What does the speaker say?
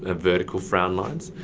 ah vertical frown lines.